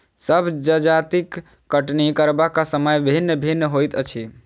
सभ जजतिक कटनी करबाक समय भिन्न भिन्न होइत अछि